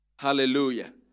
Hallelujah